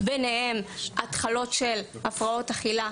כשחצי מעלות התוכנית,